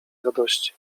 radości